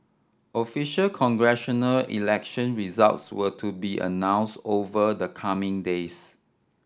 official congressional election results were to be announce over the coming days